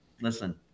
listen